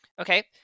Okay